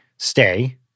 Stay